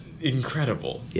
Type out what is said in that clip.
incredible